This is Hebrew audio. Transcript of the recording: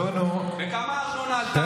בכמה הארנונה עלתה היום?